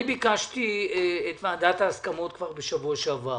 אני ביקשתי את ועדת ההסכמות כבר בשבוע שעבר.